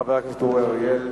חבר הכנסת אורי אריאל.